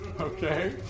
Okay